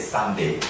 Sunday